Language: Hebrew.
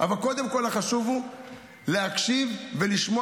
אבל קודם כול החשוב הוא להקשיב ולשמוע